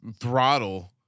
throttle